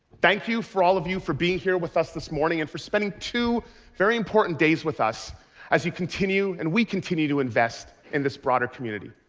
thank you for all of you for being here with us this morning, and for spending two very important days with us as you continue and we continue to invest in this broader community.